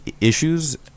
issues